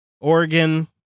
Oregon